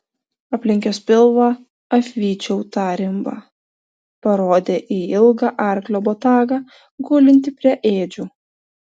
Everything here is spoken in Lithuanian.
aplink jos pilvą apvyčiau tą rimbą parodė į ilgą arklio botagą gulintį prie ėdžių